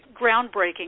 groundbreaking